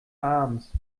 abends